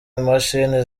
imashini